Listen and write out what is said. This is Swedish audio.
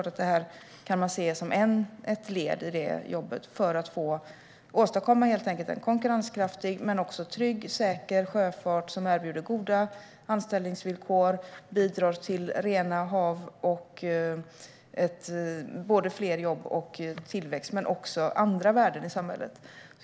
Detta kan man se som ett led i det jobbet för att helt enkelt åstadkomma en konkurrenskraftig men också trygg och säker sjöfart som erbjuder goda anställningsvillkor, bidrar till rena hav, fler jobb och tillväxt men också andra värden i samhället.